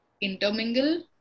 intermingle